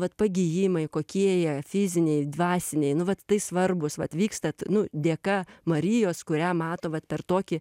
vat pagijimai kokie jie fiziniai dvasiniai nu vat tai svarbūs vat vykstat nu dėka marijos kurią mato vat per tokį